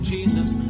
Jesus